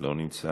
לא נמצא.